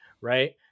Right